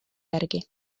järgi